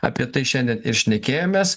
apie tai šiandien ir šnekėjomės